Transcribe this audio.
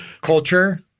Culture